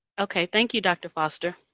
okay, thank you, dr. foster.